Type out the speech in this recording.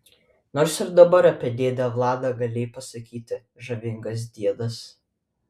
nors ir dabar apie dėdę vladą galėjai pasakyti žavingas diedas